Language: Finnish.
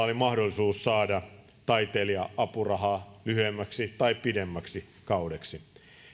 oli mahdollisuus saada taiteilija apurahaa lyhyemmäksi tai pidemmäksi kaudeksi